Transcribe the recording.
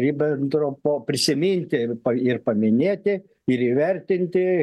ribentropo prisiminti ir ir paminėti ir įvertinti